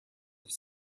have